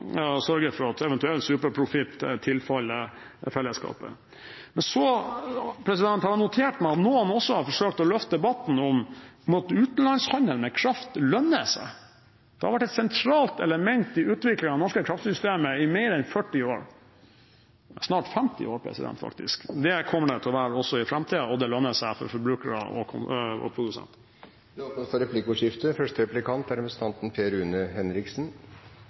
sørge for at eventuell superprofitt tilfaller fellesskapet. Så har jeg notert meg at noen også har forsøkt å løfte fram debatten om utenlandshandelen med kraft lønner seg. Det har vært et sentralt element i utviklingen av norske kraftsystemer i mer enn 40 år – snart 50 år, faktisk – og det kommer den til å være også i framtiden, og det lønner seg for forbrukere og produsenter. Det blir replikkordskifte. Arbeiderpartiet støtter byggingen av samfunnsøkonomisk lønnsomme utenlandsforbindelser. Målet med disse utenlandsforbindelsene er